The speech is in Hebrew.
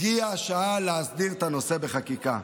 הגיעה השעה להסדיר את הנושא בחקיקה.